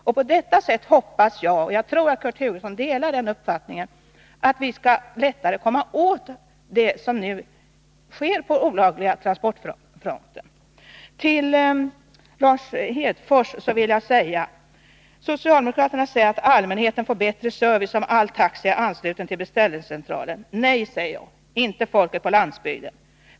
Jag hoppas att vi på detta sätt — och jag tror att Kurt Hugosson delar den uppfattningen — lättare skall komma åt den olagliga verksamhet som förekommer på transportfronten. Till Lars Hedfors vill jag säga: Socialdemokraterna anser att allmänheten får bättre service om all taxi är ansluten till beställningscentraler. Nej, säger jag, inte folket på landsbygden!